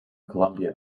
columbian